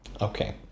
Okay